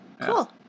Cool